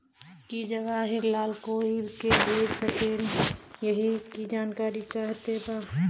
की जवाहिर लाल कोई के भेज सकने यही की जानकारी चाहते बा?